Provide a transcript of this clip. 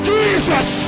Jesus